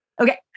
Okay